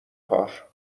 کار